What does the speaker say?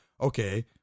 okay